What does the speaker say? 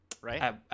right